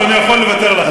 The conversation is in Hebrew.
אז אני יכול לוותר לכם,